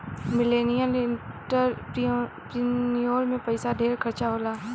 millennial entrepreneur में पइसा ढेर खर्चा होला